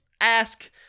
ask